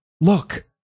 Look